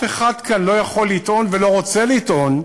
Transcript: אף אחד כאן לא יכול לטעון ולא רוצה לטעון,